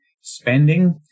spending